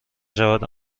شود